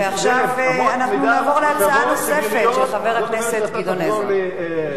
ועכשיו אנחנו נעבור להצעה נוספת של חבר הכנסת גדעון עזרא.